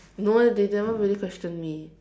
no eh they never really question me